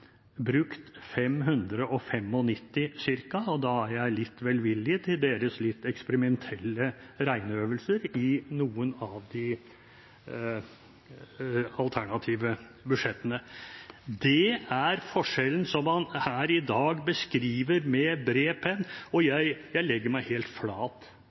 og da er jeg litt velvillig til deres eksperimentelle regneøvelser i noen av de alternative budsjettene. Det er forskjellen som man her i dag beskriver med bred penn. Jeg legger meg helt flat